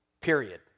Period